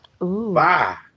Bye